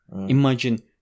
Imagine